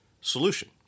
Solution